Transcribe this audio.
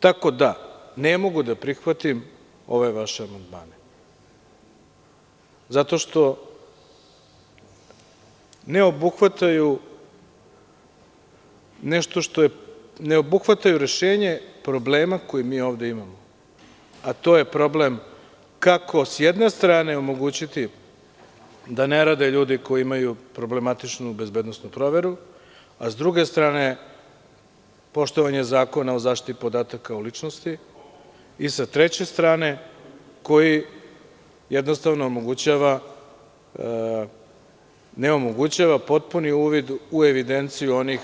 Tako da, ne mogu da prihvatim ove vaše amandmane, zato što ne obuhvataju rešenje problema koji mi ovde imamo, a to je problem kako, s jedne strane, omogućiti da ne rade ljudi koji imaju problematičnu bezbednosnu proveru, s druge strane poštovanje Zakona o zaštiti podataka o ličnosti i, s treće strane, koji jednostavno ne omogućava potpuni uvid u evidenciju svih onih